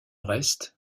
reste